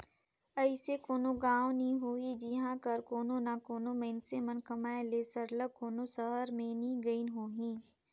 अइसे कोनो गाँव नी होही जिहां कर कोनो ना कोनो मइनसे मन कमाए ले सरलग कोनो सहर में नी गइन होहीं